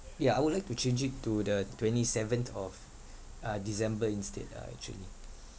ya I would like to change it to the twenty seventh of uh december instead ah actually